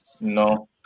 No